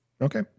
Okay